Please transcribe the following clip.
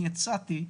אני הצעתי,